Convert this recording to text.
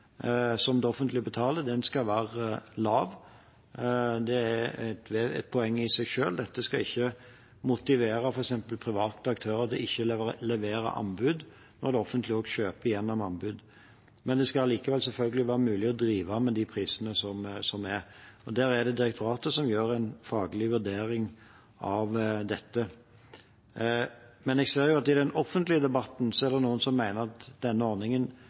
som det offentlige betaler, skal være lave. Det er et poeng i seg selv. Dette skal ikke motivere f.eks. private aktører til ikke å levere anbud når det offentlige også kjøper gjennom anbud, men det skal allikevel selvfølgelig være mulig å drive med de prisene som er. Dette er det direktoratet som gjør en faglig vurdering av. Jeg ser at i den offentlige debatten er det noen som mener at denne ordningen